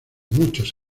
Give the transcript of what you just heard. muchos